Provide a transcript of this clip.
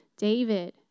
David